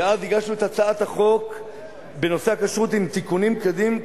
ואז הגשנו את הצעת החוק בנושא הכשרות עם תיקונים כדין,